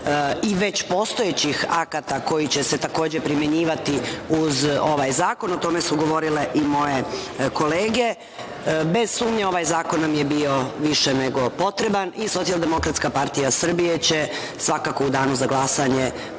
i već postojećih akata koji će se takođe primenjivati uz ovaj zakon, o tome su govorile i moje kolege. Bez sumnje ovaj zakon nam je bio više nego potreban i SDPS će svakako u danu za glasanje